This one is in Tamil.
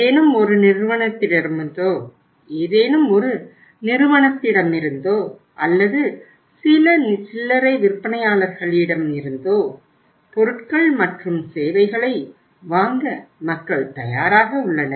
ஏதேனும் ஒரு நிறுவனத்திடமிருந்தோ அல்லது சில சில்லறை விற்பனையாளர்களிடமிருந்தோ பொருட்கள் மற்றும் சேவைகளை வாங்க மக்கள் தயாராக உள்ளனர்